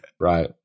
right